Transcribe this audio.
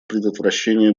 предотвращения